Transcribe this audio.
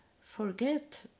forget